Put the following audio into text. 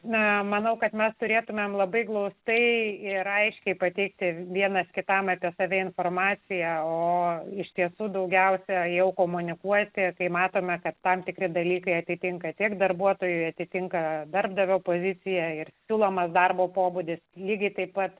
ne manau kad mes turėtumėm labai glaustai ir aiškiai pateikti vienas kitam apie save informaciją o iš tiesų daugiausiai jau komunikuoti kai matome kad tam tikri dalykai atitinka tiek darbuotojui atitinka darbdavio poziciją ir siūlomas darbo pobūdis lygiai taip pat